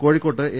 കോഴിക്കോട്ട് എ